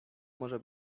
może